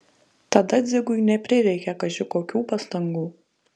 tada dzigui neprireikė kaži kokių pastangų